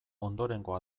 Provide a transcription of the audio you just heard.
ondorengo